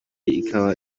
ikaba